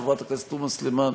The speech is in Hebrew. חברת הכנסת תומא סלימאן.